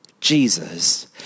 Jesus